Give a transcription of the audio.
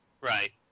Right